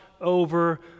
over